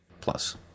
Plus